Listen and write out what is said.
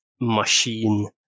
machine